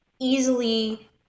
easily